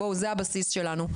בואו, זה הבסיס שלנו.